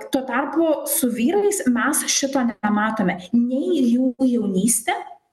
tuo tarpu su vyrais mes šito nematome nei jų jaunystė